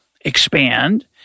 expand